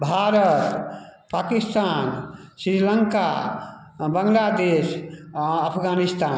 भारत पाकिस्तान श्रीलङ्का आओर बाँग्लादेश आओर अफगानिस्तान